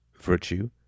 virtue